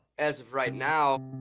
as of right now,